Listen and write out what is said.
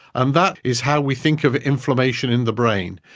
and that is how we think of inflammation in the brain.